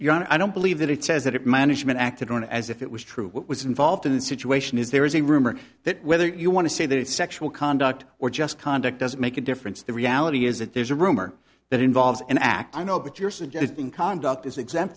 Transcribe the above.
your honor i don't believe that it says that it management acted on as if it was true what was involved in the situation is there is a rumor that whether you want to say that it's sexual conduct or just conduct doesn't make a difference the reality is that there's a rumor that involves an act i know but you're suggesting conduct is exempt